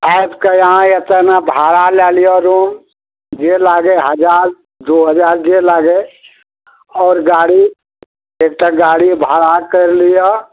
आबि अहाँ एतय ने भाड़ा लए लिअ रूम जे लागय हजार दू हजार जे लागय आओर गाड़ी एकटा गाड़ी भाड़ा करि लिअ